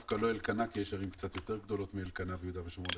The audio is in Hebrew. לא רק אלקנה כי יש ערים קצת יותר גדולות מאלקנה ביהודה ושומרון.